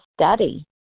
study